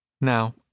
Now